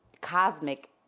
cosmic